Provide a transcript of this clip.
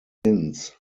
since